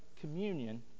Communion